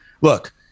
Look